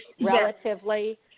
relatively